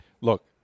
look